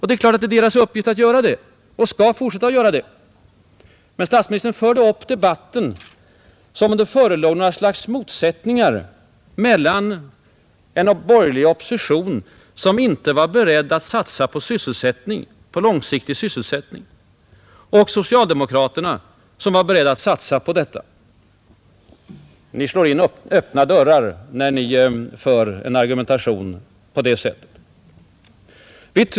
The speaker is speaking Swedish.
Det är klart att det är AMS:s uppgift att göra det, och AMS skall fortsätta att göra sådant. Men statsministern förde debatten som om det förelåg motsättningar mellan en borgerlig opposition, som inte var beredd att satsa på långsiktig sysselsättning, och socialdemokraterna, som var beredda att satsa. Ni slår in öppna dörrar, när Ni för en argumentation på det sättet.